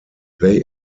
they